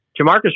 Jamarcus